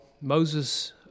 Moses